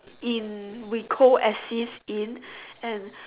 in we go as if in and